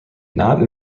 not